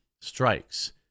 strikes